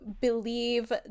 believe